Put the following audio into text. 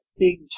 Big